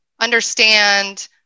understand